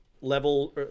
level